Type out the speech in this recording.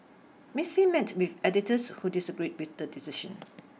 Miss Lim met with editors who disagreed with the decision